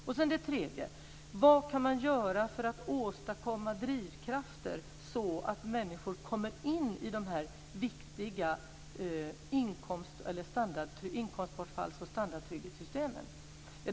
Och så det tredje: Vad kan man göra för att åstadkomma drivkrafter så att människor kommer in i de här viktiga inkomstbortfalls och standardtrygghetssystemen?